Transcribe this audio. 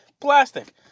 Plastic